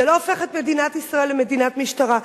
זה לא הופך את מדינת ישראל למדינת משטרה.